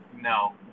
No